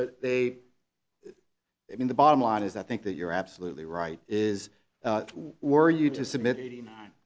but they i mean the bottom line is that think that you're absolutely right is where you just submit eighty nine